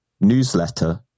newsletter